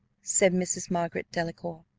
said mrs. margaret delacour,